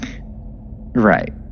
Right